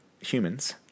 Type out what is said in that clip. humans